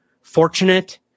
fortunate